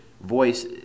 voice